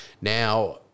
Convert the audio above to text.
Now